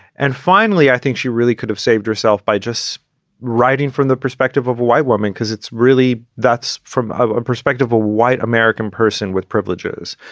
and finally, i think she really could have saved herself by just writing from the perspective of a white woman, because it's really that's from a perspective, a white american person with privileges,